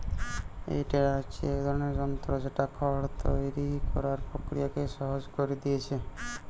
এই টেডার হচ্ছে এক ধরনের যন্ত্র যেটা খড় তৈরি কোরার প্রক্রিয়াকে সহজ কোরে দিয়েছে